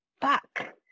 fuck